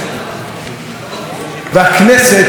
יכולה גם לבחור ראשי ממשלות אחרים.